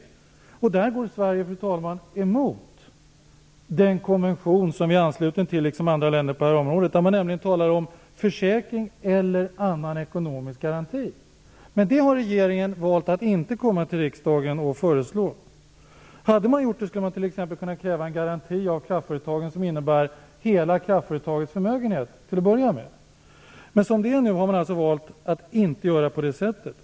På den punkten går Sverige, fru talman, emot den konvention som vårt land liksom andra länder på det här området är anslutet till. Där talar man nämligen om försäkring eller annan ekonomisk garanti. Men regeringen har valt att inte basera sitt förslag till riksdagen på detta. Hade man gjort det, skulle man t.ex. kunna kräva en garanti av kraftföretagen som, till att börja med, innefattar kraftföretagens hela förmögenhet. Men man har alltså valt att inte göra på det sättet.